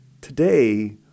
today